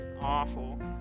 Awful